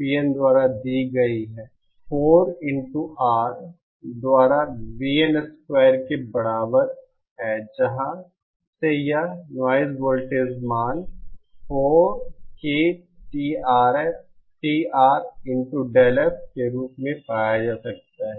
PN द्वारा दी गई है 4R द्वारा Vn स्क्वायर के बराबर है जहां से यह नॉइज़ वोल्टेज मान 4KTRΔf के रूप में पाया जा सकता है